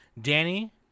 danny